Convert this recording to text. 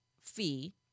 fee